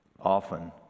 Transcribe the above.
Often